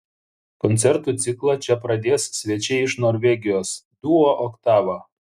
koncertų ciklą čia pradės svečiai iš norvegijos duo oktava